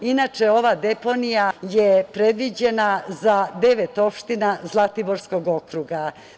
Inače, ova deponija je predviđena za devet opština Zlatiborskog okruga.